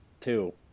two